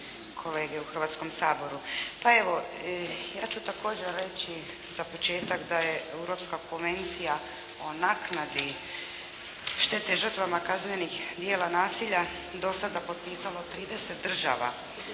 kolege u Hrvatskom saboru. Pa evo, ja ću također reći za početak da je Europska konvencija o naknadi štete žrtvama kaznenih djela nasilja do sada potpisalo 30 država,